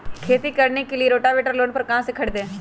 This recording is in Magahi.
खेती करने के लिए रोटावेटर लोन पर कहाँ से खरीदे?